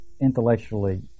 intellectually